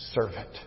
servant